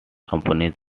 companies